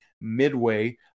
Midway